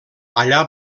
allà